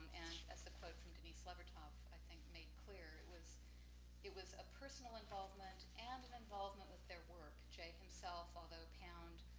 and as a quote from denise levertov, i think made clear it was it was a personal involvement and an involvement with their work. jay himself, although pound,